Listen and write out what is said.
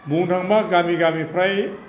बुंनो थाङोबा गामि गामि प्राय